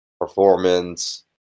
performance